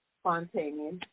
spontaneous